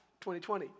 2020